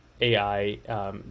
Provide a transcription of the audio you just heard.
AI